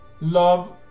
love